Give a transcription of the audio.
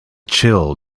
chill